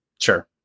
sure